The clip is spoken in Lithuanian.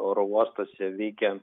oro uostuose veikia